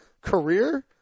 career